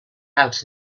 out